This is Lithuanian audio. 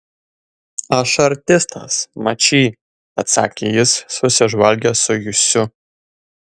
aš artistas mačy atsakė jis susižvalgęs su jusiu